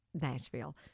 Nashville